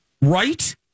Right